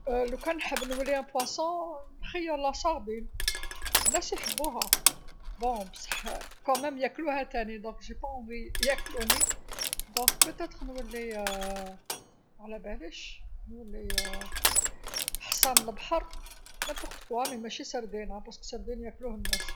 لوكان نحب نولي سمكه نخير لسابي الناس يحبوها، ولكن على اي حال ياكلوها تاني لذا لا احب يكلوني، لذا نولي ما علابليش نولي حصان لبحر أي شيء ولكن مشي سردينه لأن ساردين ياكلوه الناس.